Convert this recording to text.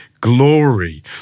glory